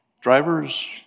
drivers